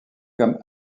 comme